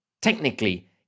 Technically